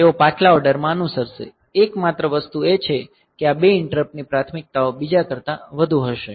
તેઓ પાછલા ઓર્ડરમાં અનુસરશે એકમાત્ર વસ્તુ એ છે કે આ બે ઈંટરપ્ટ ની પ્રાથમિકતાઓ બીજા કરતા વધુ હશે